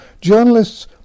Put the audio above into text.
Journalists